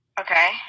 Okay